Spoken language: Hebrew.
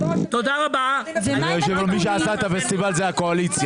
תודה רבה, הישיבה בשלב הזה נעולה.